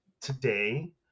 today